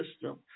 system